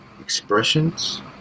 expressions